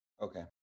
Okay